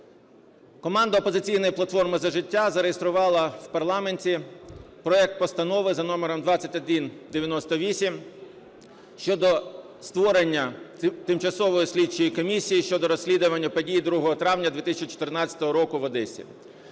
Команда "Опозиційної платформи – За життя" зареєструвала в парламенті проект Постанови за номером 2198 щодо створення Тимчасової слідчої комісії щодо розслідування подій 2 травня 2014 року в Одесі.